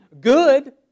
Good